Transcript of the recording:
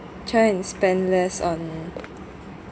try and spend less on